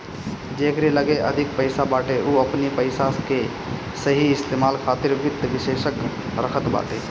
जेकरी लगे अधिक पईसा बाटे उ अपनी पईसा के सही इस्तेमाल खातिर वित्त विशेषज्ञ रखत बाटे